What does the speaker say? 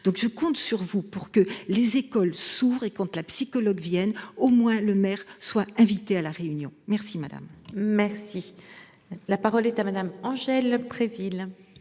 donc je compte sur vous pour que les écoles s'ouvre et compte la psychologue viennent au moins le maire soit invité à la réunion. Merci madame. Merci. La parole est à madame Angèle Préville.